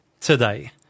today